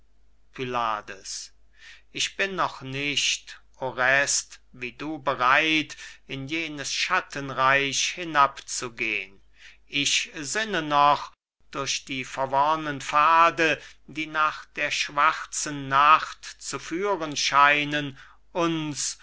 pylades ich bin noch nicht orest wie du bereit in jenes schattenreich hinabzugehn ich sinne noch durch die verworrnen pfade die nach der schwarzen nacht zu führen scheinen uns